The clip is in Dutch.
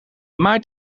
maait